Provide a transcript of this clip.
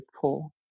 pull